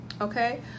Okay